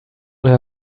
her